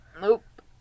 Nope